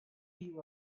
you